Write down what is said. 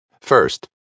First